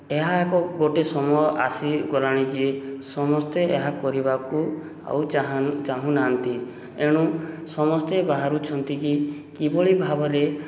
ଏହା ଏକ ଗୋଟେ ସମୟ ଆସିଗଲାଣି ଯେ ସମସ୍ତେ ଏହା କରିବାକୁ ଆଉ ଚାହୁଁ ଚାହୁଁନାହାନ୍ତି ଏଣୁ ସମସ୍ତେ ବାହାରୁଛନ୍ତି କି କିଭଳି ଭାବରେ